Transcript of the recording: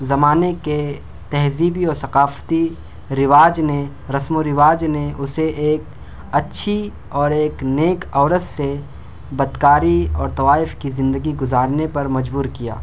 زمانے کے تہذیبی و ثقافتی رواج نے رسم و رواج نے اسے ایک اچّھی اور ایک نیک عورت سے بدکاری اور طوائف کی زندگی گزارنے پر مجبور کیا